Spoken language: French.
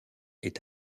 est